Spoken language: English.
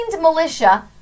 militia